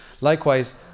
likewise